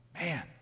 Man